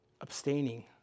abstaining